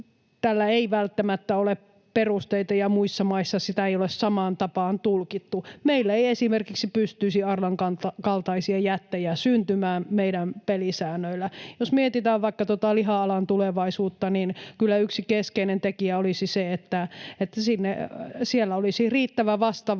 Tällä ei välttämättä ole perusteita, ja muissa maissa sitä ei ole samaan tapaan tulkittu. Meillä ei esimerkiksi pystyisi Arlan kaltaisia jättejä syntymään meidän pelisäännöillä. Jos mietitään vaikka tuota liha-alan tulevaisuutta, niin kyllä yksi keskeinen tekijä olisi se, että siellä olisi riittävä vastavoima